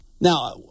Now